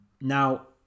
Now